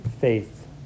faith